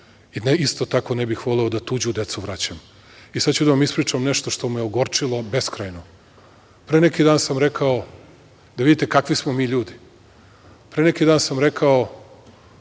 isto tako, ne bih voleo da tuđu decu vraćam. Ispričaću vam nešto što me je ogorčilo beskrajno. Pre neki dan sam rekao, da vidite kakvi smo mi ljudi, pre neki dan sam rekao